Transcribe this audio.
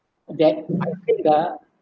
that the